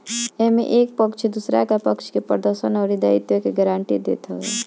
एमे एक पक्ष दुसरका पक्ष के प्रदर्शन अउरी दायित्व के गारंटी देत हवे